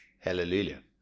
hallelujah